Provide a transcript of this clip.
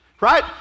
right